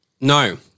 No